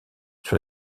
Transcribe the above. sur